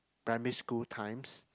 primary school times